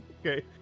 Okay